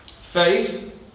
Faith